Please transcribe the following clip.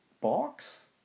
box